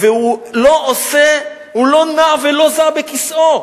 והוא לא נע ולא זע בכיסאו,